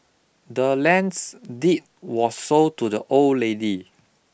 the land's deed was sold to the old lady